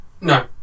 no